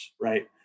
right